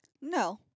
no